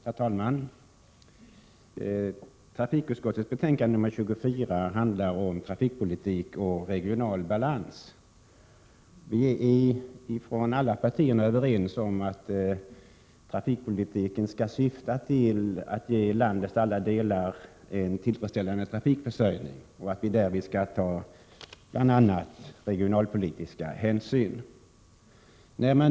Herr talman! Trafikutskottets betänkande 24 handlar om trafikpolitik och regional balans. Vi är från alla partier överens om att trafikpolitiken skall syfta till att ge landets alla delar en tillfredsställande trafikförsörjning och att vi därvid skall ta bl.a. regionalpolitiska hänsyn.